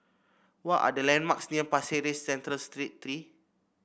what are the landmarks near Pasir Ris Central Street Three